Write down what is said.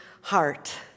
heart